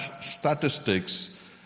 statistics